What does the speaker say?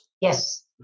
Yes